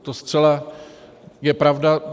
To zcela je pravda.